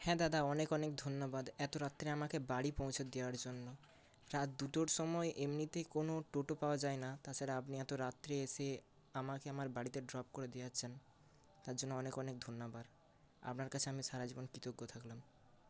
হ্যাঁ দাদা অনেক অনেক ধন্যবাদ এত রাত্রে আমাকে বাড়ি পৌঁছে দেওয়ার জন্য রাত দুটোর সময় এমনিতেই কোনও টোটো পাওয়া যায় না তাছাড়া আপনি এত রাত্রে এসে আমাকে আমার বাড়িতে ড্রপ করে দিয়ে যাচ্ছেন তার জন্য অনেক অনেক ধন্যবাদ আপনার কাছে আমি সারা জীবন কৃতজ্ঞ থাকলাম